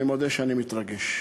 אני מודה שאני מתרגש,